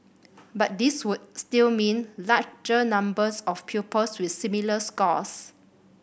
but these would still mean larger numbers of pupils with similar scores